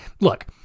look